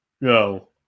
No